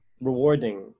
rewarding